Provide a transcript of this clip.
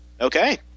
Okay